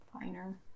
Finer